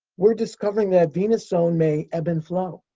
we're discovering that venus zone may ebb and flow.